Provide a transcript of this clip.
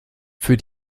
für